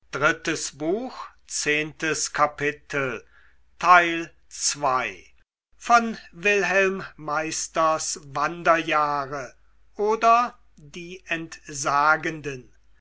goethe wilhelm meisters wanderjahre oder die entsagenden